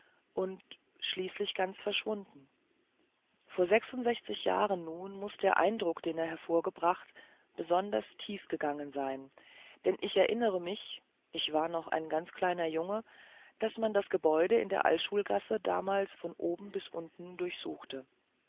und schließlich ganz verschwunden vor sechsundsechzig jahren nun muß der eindruck den er hervorgebracht besonders tief gegangen sein denn ich erinnere mich ich war noch ein ganz kleiner junge daß man das gebäude in der altschulgasse damals von oben bis unten durchsuchte